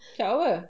help apa